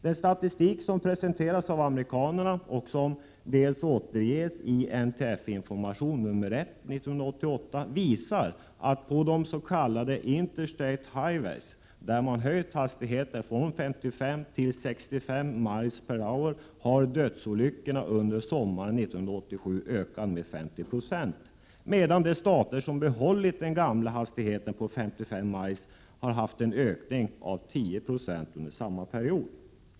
Den statistik som presenteras av amerikanarna och som delvis återges i NTF-Information nr 1 1988, visar att på de s.k. Interstates Highways, där man höjt hastigheten från 55 till 65 miles per hour, har dödsolyckorna under sommaren 1987 ökat med 50 26. De stater som behållit den gamla hastigheten på 55 miles har däremot haft en ökning av antalet med endast 10 26 under samma period.